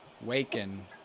waken